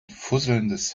fusselndes